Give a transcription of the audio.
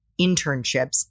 internships